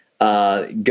Go